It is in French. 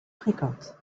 fréquente